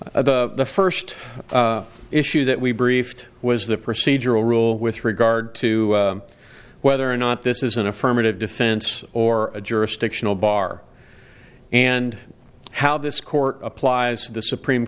the first issue that we briefed was the procedural rule with regard to whether or not this is an affirmative defense or a jurisdictional bar and how this court applies to the supreme